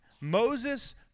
Moses